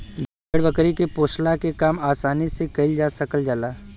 भेड़ बकरी के पोसला के काम आसानी से कईल जा सकल जाला